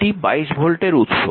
এটি 22 ভোল্টের উৎস